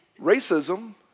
racism